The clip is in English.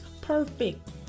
perfect